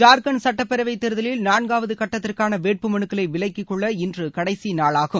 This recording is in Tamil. ஜார்க்கண்ட் சட்டப்பேரவைத் தேர்தலில் நான்காவது கட்டத்திற்கான வேட்புமனுக்களை விலக்கிக்கொள்ள இன்று கடைசி நாளாகும்